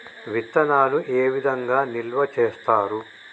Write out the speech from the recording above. విత్తనాలు ఏ విధంగా నిల్వ చేస్తారు?